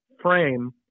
frame